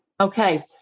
Okay